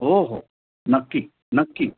हो हो नक्की नक्की